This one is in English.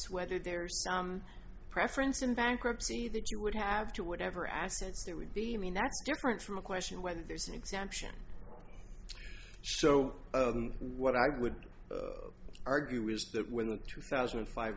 whether there's a preference in bankruptcy that you would have to whatever assets there would be i mean that's different from a question of whether there's an exemption so what i would argue is that when the two thousand and five